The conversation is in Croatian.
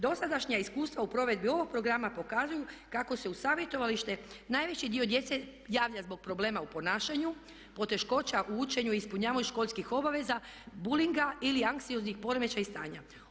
Dosadašnja iskustva u provedbi ovog programa pokazuju kako se u savjetovalište najveći dio djece javlja zbog problema u ponašanju, poteškoća u učenju i ispunjavanju školskih obaveza, builinga ili anksioznih poremećaja i stanja.